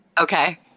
okay